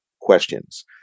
questions